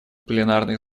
пленарных